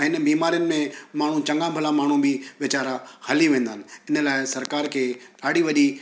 ऐं हिन बीमारिनि में माण्हू चङा भला माण्हू बि वेचारा हली वेंदा आहिनि इन लाइ सरकार खे ॾाढी वॾी